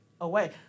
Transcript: away